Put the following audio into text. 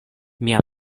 mia